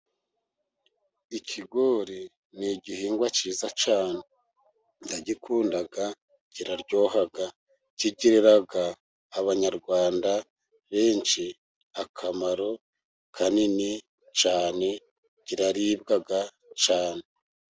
Ikigori ni igihingwa cyiza cyane, ndagikunda, kiraryoha, kigirira abanyarwanda benshi akamaro kanini cyane, kiraribwa cyane.